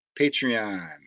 Patreon